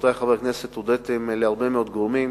רבותי חברי הכנסת, שאתם הודיתם להרבה מאוד גורמים,